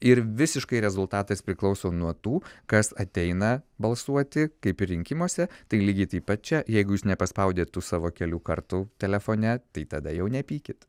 ir visiškai rezultatas priklauso nuo tų kas ateina balsuoti kaip ir rinkimuose tai lygiai taip pat čia jeigu jūs nepaspaudėt tų savo kelių kartų telefone tai tada jau nepykit